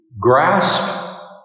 grasp